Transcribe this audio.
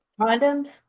Condoms